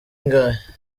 ingahe